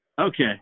Okay